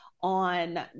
on